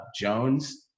Jones